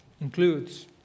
includes